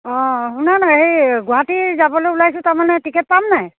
অঁ শুনানা হেৰি গুৱাহাটী যাবলৈ ওলাইছোঁ তাৰমানে টিকেট পাম নাই